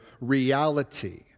reality